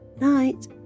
Night